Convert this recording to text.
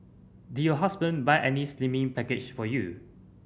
did your husband buy any slimming package for you